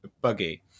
buggy